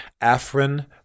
Afrin